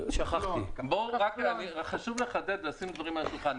חשוב לחדד ולשים דברים על השולחן.